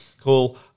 cool